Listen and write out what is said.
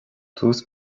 tús